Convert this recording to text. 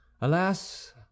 Alas